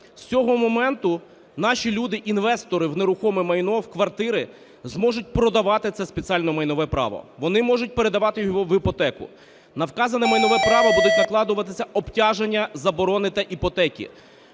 З цього моменту наші люди, інвестори в нерухоме майно, в квартири, зможуть продавати це спеціальне майнове право, вони можуть передавати його в іпотеку. На вказане майнове право будуть накладатися обтяження заборони та іпотеки.